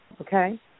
okay